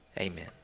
amen